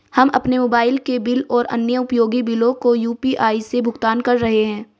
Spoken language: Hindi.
हम अपने मोबाइल के बिल और अन्य उपयोगी बिलों को यू.पी.आई से भुगतान कर रहे हैं